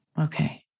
Okay